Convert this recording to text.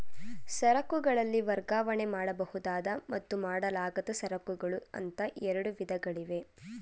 ಸರಕುಗಳಲ್ಲಿ ವರ್ಗಾವಣೆ ಮಾಡಬಹುದಾದ ಮತ್ತು ಮಾಡಲಾಗದ ಸರಕುಗಳು ಅಂತ ಎರಡು ವಿಧಗಳಿವೆ